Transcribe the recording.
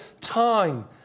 time